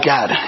God